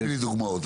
בלי דוגמאות.